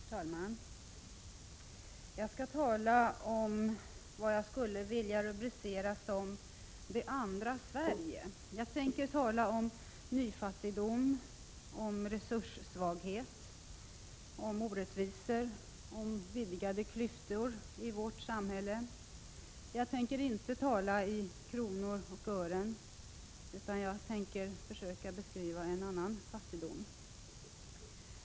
Herr talman! Jag skall tala om det jag skulle vilja rubricera som Det andra Sverige. Jag tänker tala om nyfattigdom, om resurssvaghet, om orättvisor och om vidgade klyftor i vårt samhälle. Jag tänker inte tala i kronor och ören, utan jag tänker försöka beskriva en annan fattigdom.